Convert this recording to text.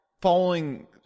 following